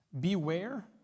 Beware